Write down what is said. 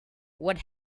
what